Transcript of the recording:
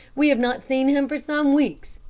we have not seen him for some weeks,